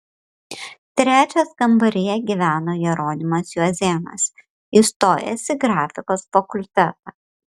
trečias kambaryje gyveno jeronimas juozėnas įstojęs į grafikos fakultetą